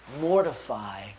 mortify